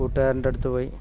കൂട്ടുകരന്റെ അടുത്തുപോയി